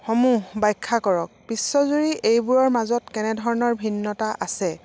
সমূহ বাখ্যা কৰক বিশ্বজুৰি এইবোৰৰ মাজত কেনেধৰণৰ ভিন্নতা আছে